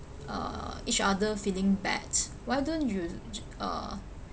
uh each other feeling bad why don't you ju~ uh